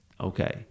Okay